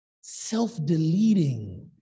self-deleting